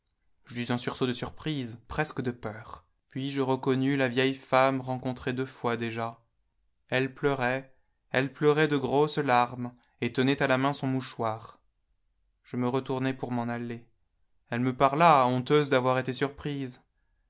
j'eus un sursaut de surprise presque de peur puis je reconnus la vieille femme rencontrée deux fois déjà elle pleurait elle pleurait de grosses larmes et tenait à la main son mouchoir je me retournais pour m'en aller elle me parla honteuse d'avoir été surprise